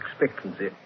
expectancy